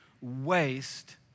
waste